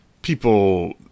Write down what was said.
people